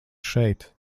šeit